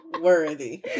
worthy